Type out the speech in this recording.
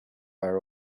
are